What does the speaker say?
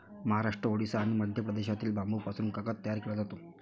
महाराष्ट्र, ओडिशा आणि मध्य प्रदेशातील बांबूपासून कागद तयार केला जातो